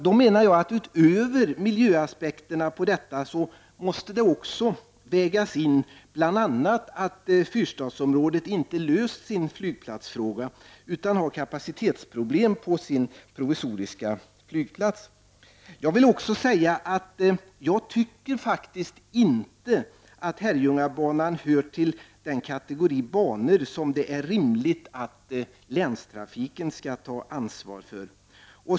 Då menar jag att utöver miljöaspekterna på detta måste det vägas in bl.a. att fyrstadsområdet inte löst sin flygplatsfråga utan har kapacitetsproblem på sin provisoriska flygplats. Jag tycker faktiskt att Herrljungabanan inte hör till den kategori banor som det är rimligt att länstrafiken skall ta ansvar för.